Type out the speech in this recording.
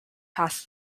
past